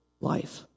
life